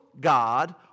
God